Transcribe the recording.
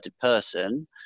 person